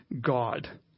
God